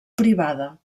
privada